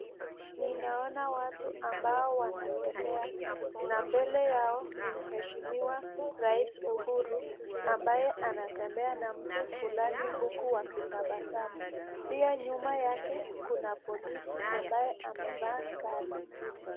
Ninaona watu ambao wanatembea na mbele yao ni mweheshimiwa rais Uhuru ambaye anatembea na mtu fulani huku wakitapasamu pia nyuma yake kuna polisi ambaye amevaa sare.